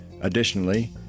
Additionally